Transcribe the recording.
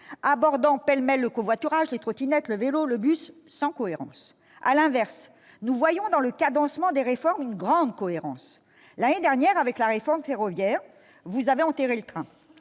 abordant pêle-mêle le covoiturage, les trottinettes, le vélo, le bus ... sans aucune cohérence. Inversement, nous voyons dans le cadencement des réformes une grande cohérence. L'année dernière, avec la réforme ferroviaire, vous avez enterré le train.